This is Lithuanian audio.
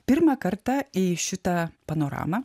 pirmą kartą į šitą panoramą